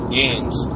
games